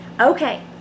Okay